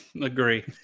Agree